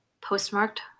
postmarked